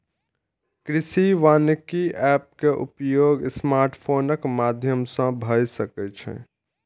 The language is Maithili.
कृषि वानिकी एप के उपयोग स्मार्टफोनक माध्यम सं भए सकै छै